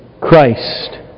Christ